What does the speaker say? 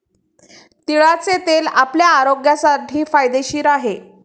तिळाचे तेल आपल्या आरोग्यासाठी फायदेशीर आहे